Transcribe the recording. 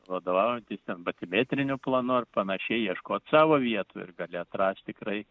vadovautis ten batimetriniu planu ar panašiai ieškot savo vietų ir gali atrast tikrai